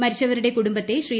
മരിച്ചവരുടെ കുടുംബത്തെ ശ്രീ